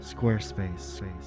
Squarespace